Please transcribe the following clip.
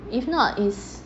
if not is